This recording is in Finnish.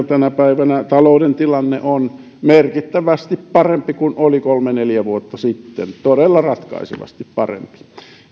tänä päivänä talouden tilanne on merkittävästi parempi kuin oli kolme viiva neljä vuotta sitten todella ratkaisevasti parempi